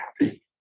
happy